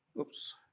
oops